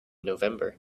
november